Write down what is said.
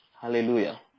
Hallelujah